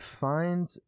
find